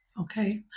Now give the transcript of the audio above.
Okay